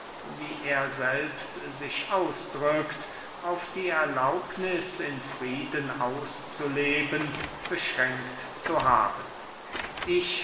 auf die erlaubniß im frieden auszuleben beschränkt zu haben ich